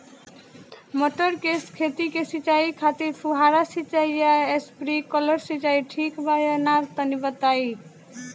मटर के खेती के सिचाई खातिर फुहारा सिंचाई या स्प्रिंकलर सिंचाई ठीक बा या ना तनि बताई?